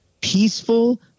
peaceful